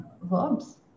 verbs